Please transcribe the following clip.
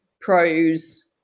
pros